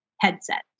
headset